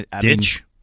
Ditch